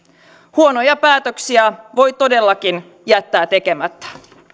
huonoja päätöksiä voi todellakin jättää tekemättä